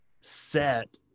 set